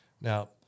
Now